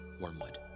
Wormwood